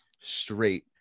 straight